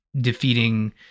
defeating